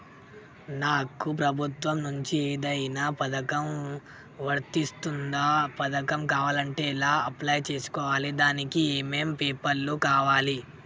నాకు ప్రభుత్వం నుంచి ఏదైనా పథకం వర్తిస్తుందా? పథకం కావాలంటే ఎలా అప్లై చేసుకోవాలి? దానికి ఏమేం పేపర్లు కావాలి?